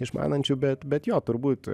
išmanančių bet bet jo turbūt